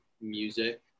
music